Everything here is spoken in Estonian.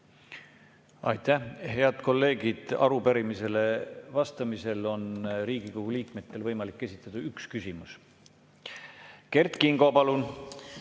Aitäh! Head kolleegid, arupärimisele vastamisel on Riigikogu liikmetel võimalik esitada üks küsimus. Kert Kingo, palun!